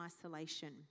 isolation